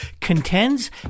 contends